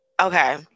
Okay